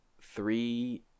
three